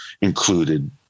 included